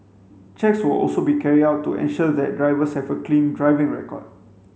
checks will also be carried out to ensure that drivers have a clean driving record